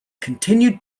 continued